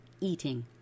eating